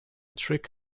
trick